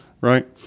right